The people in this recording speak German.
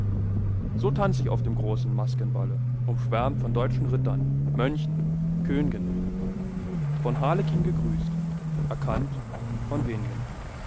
so tanz ich auf dem großen maskenballe umschwärmt von deutschen rittern mönchen kön'gen von harlekin gegrüßt erkannt von wen'gen